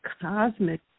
cosmic